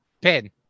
Pin